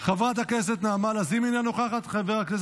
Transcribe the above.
חברת הכנסת נעמה לזימי, אינה נוכחת,